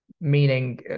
meaning